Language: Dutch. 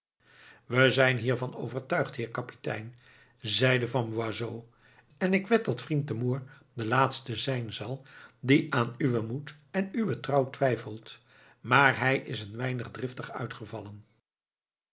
we zijn hiervan overtuigd heer kapitein zeide van boisot en ik wed dat vriend de moor de laatste zijn zal die aan uwen moed en uwe trouw twijfelt maar hij is een weinig driftig uitgevallen